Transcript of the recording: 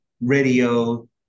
radio